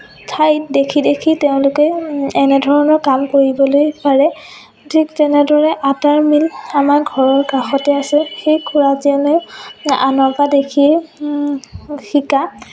ঠাইত দেখি দেখি তেওঁলোকে এনেধৰণৰ কাম কৰিবলৈ পাৰে ঠিক তেনেদৰে আটাৰ মিল আমাৰ ঘৰৰ কাষতে আছে সেই খুৰাজনে আনৰ পৰা দেখি শিকা